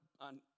on